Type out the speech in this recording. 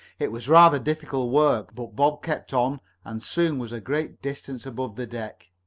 it was rather difficult work, but bob kept on and soon was a great distance above the deck.